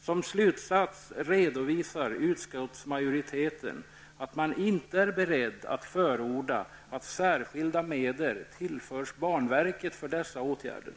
Som slutsats redovisar utskottsmajoriteten att man inte är beredd att förorda att särskilda medel tillförs banverket för dessa åtgärder.